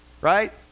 right